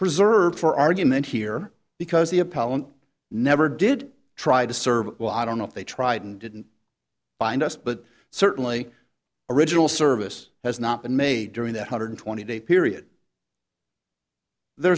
preserved for argument here because the apollo never did try to serve well i don't know if they tried and didn't find us but certainly original service has not been made during that hundred twenty day period there